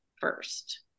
first